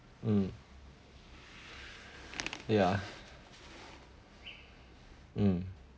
mm ya mm